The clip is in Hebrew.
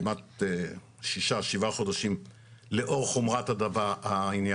כמעט שישה או שבעה חודשים לאור חומרת העניין